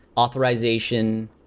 authorization,